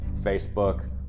Facebook